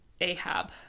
Ahab